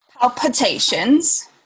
Palpitations